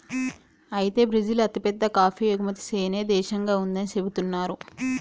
అయితే బ్రిజిల్ అతిపెద్ద కాఫీ ఎగుమతి సేనే దేశంగా ఉందని సెబుతున్నారు